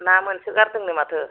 ना मोनसोगारदोंनो माथो